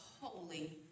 holy